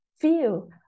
Feel